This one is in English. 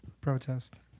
Protest